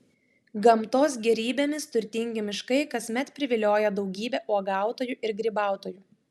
gamtos gėrybėmis turtingi miškai kasmet privilioja daugybę uogautojų ir grybautojų